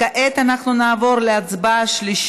גם אצלך המסך לא עבד?